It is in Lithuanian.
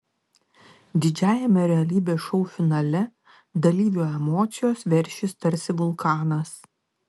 didžiajame realybės šou finale dalyvių emocijos veršis tarsi vulkanas